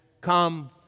come